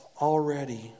already